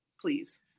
Please